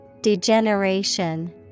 Degeneration